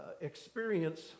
experience